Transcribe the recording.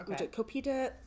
Okay